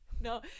No